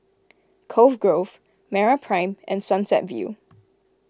Cove Grove MeraPrime and Sunset View